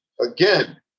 again